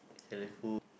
food